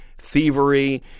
thievery